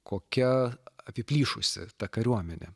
kokia apiplyšusi ta kariuomenė